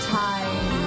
time